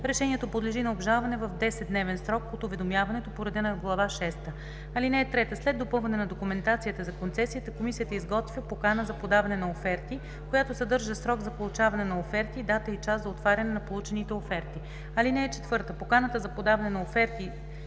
Решението подлежи на обжалване в 10-дневен срок от уведомяването по реда на Глава шеста. (3) След допълване на документацията за концесията комисията изготвя покана за подаване на оферти, която съдържа срок за получаване на оферти и дата и час за отваряне на получените оферти. (4) Поканата за подаване на оферти